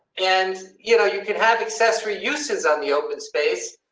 and you know you can have accessory uses on the open space.